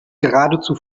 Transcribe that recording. geradezu